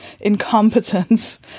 incompetence